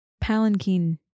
Palanquin